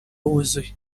wuzuye